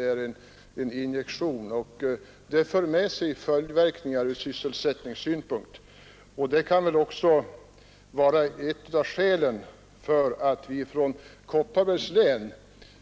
Det är en injektion som för med sig följdverkningar ur sysselsättningssynpunkt. Detta är också ett av skälen till att vi i Kopparbergs län